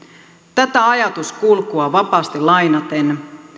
tätä ajatuskulkua vapaasti lainaten